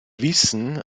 wissen